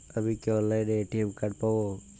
আমি কি অনলাইনে এ.টি.এম কার্ড পাব?